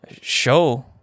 show